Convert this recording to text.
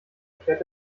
kehrt